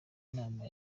nama